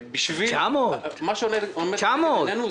מה שעומד לנגד עינינו הוא